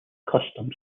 custom